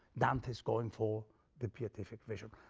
dante's going for the beatific vision,